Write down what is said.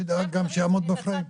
שידאג גם שיעמוד בפריים.